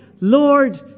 Lord